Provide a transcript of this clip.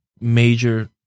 major